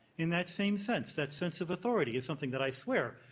in that same sense, that sense of authority, is something that i swear,